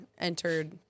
entered